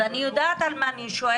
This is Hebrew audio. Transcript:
אז אני יודעת על מה אני שואלת.